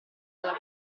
dalla